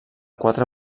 quatre